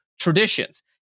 traditions